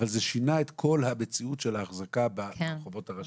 אבל זה שינה את כל המציאות של ההחזקה ברחובות הראשיים.